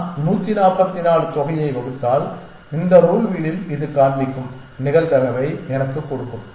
நான் 144 தொகையை வகுத்தால் இந்த ரூல் வீலில் இது காண்பிக்கும் நிகழ்தகவை எனக்குக் கொடுக்கும்